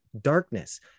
darkness